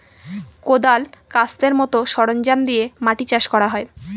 কোঁদাল, কাস্তের মতো সরঞ্জাম দিয়ে মাটি চাষ করা হয়